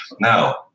Now